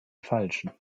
falschen